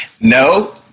No